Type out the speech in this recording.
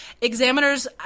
examiners